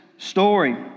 story